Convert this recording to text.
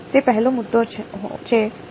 તે પહેલો મુદ્દો છે હા